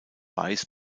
weiß